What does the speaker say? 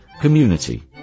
community